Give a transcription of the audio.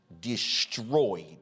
destroyed